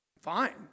Fine